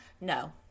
No